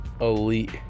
elite